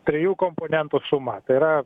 trijų komponentų suma yra